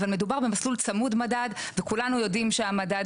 אבל מדובר במסלול צמוד מדד וכולנו יודעים שהמדד